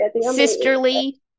Sisterly